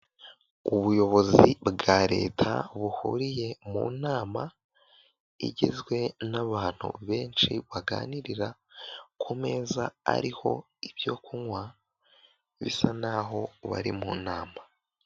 Ubuyobozi bwa leta buhuriye mu nama igizwe n'abantu benshi baganirira ku meza ariho ibyo kunywa bisa naho bari mu nama.